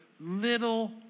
little